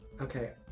Okay